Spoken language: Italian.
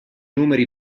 numeri